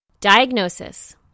Diagnosis